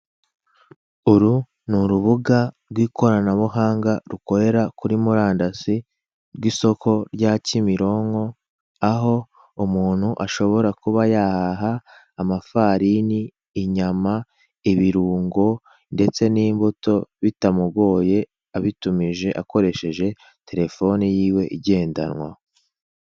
Uru ni urubuga rw'ikoranabuhanga rukorera kuri murandasi rw'isoko rya kimironko. Aho umuntu ashobora kuba yahaha amafarini, inyama, ibirungo ndetse n'imbuto bitamugoye, abitumije akoresheje telefone yiwe igendanwa.